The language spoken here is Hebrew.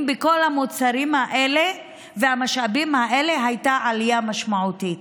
אם בכל המוצרים האלה והמשאבים האלה הייתה עלייה משמעותית,